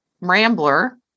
rambler